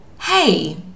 Hey